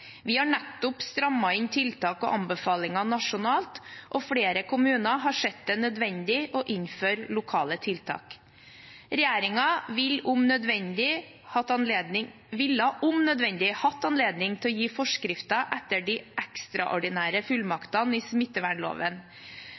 Vi har nettopp strammet inn tiltak og anbefalinger nasjonalt, og flere kommuner har sett det nødvendig å innføre lokale tiltak. Regjeringen ville om nødvendig hatt anledning til å gi forskrifter etter de ekstraordinære fullmaktene i smittevernloven,